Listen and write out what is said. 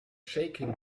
shaking